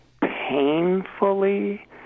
painfully